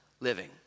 living